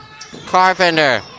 Carpenter